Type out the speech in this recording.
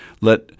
let